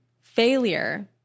failure